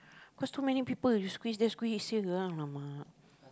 cause too many people you squeeze there squeeze here !alamak!